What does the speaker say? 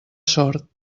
sort